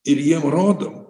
ir jiem rodom